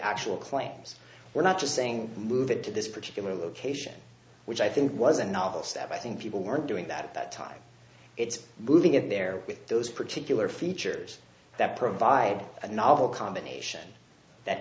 actual claims we're not just saying move it to this particular location which i think was a novel step i think people weren't doing that at that time it's moving in there with those particular features that provide a novel combination that